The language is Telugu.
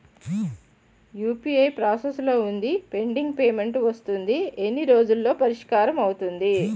యు.పి.ఐ ప్రాసెస్ లో వుందిపెండింగ్ పే మెంట్ వస్తుంది ఎన్ని రోజుల్లో పరిష్కారం అవుతుంది